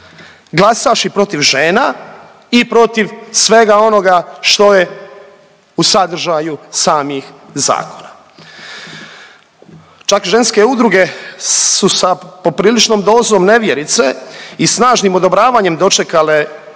glasaš i protiv žena i protiv svega onoga što je u sadržaju samih zakona. Čak ženske udruge su sa popriličnom dozom nevjerice i snažnim odobravanjem dočekale